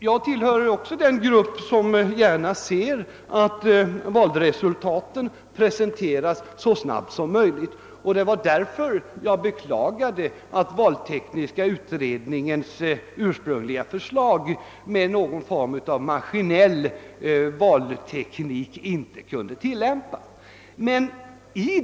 Jag tillhör själv den grupp som vill att valresultatet skall presenteras så snabbt som möjligt, och jag har därför beklagat att valtekniska utredningens ursprungliga förslag rörande någon form av maskinell valteknik inte kunde tilllämpas.